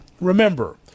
Remember